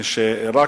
גברתי היושבת-ראש,